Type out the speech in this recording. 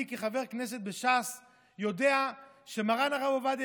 אני כחבר כנסת בש"ס יודע שמרן הרב עובדיה